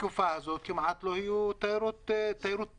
בתקופה הזאת כמעט ולא היתה תיירות פנים.